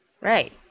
Right